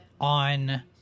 on